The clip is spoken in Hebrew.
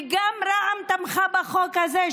וגם רע"מ תמכה בחוק הזה,